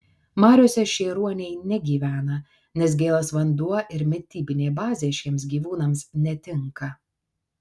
mariose šie ruoniai negyvena nes gėlas vanduo ir mitybinė bazė šiems gyvūnams netinka